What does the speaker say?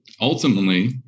Ultimately